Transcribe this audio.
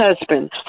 husband